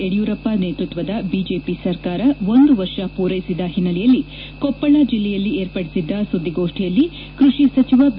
ಯಡಿಯೂರಪ್ಪ ನೇತೃತ್ವದ ಬಿಜೆಪಿ ಸರ್ಕಾರ ಒಂದು ವರ್ಷ ಪೂರೈಸಿದ ಹಿನ್ನಲೆಯಲ್ಲಿ ಕೊಪ್ಪಳ ಜಿಲ್ಲೆಯಲ್ಲಿ ಏರ್ಪಡಿಸಿದ್ದ ಸುದ್ದಿಗೊಷ್ಠಿಯಲ್ಲಿ ಕೃಷಿ ಸಚಿವ ಬಿ